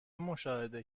مشاهده